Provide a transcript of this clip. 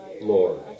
Lord